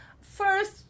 First